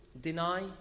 Deny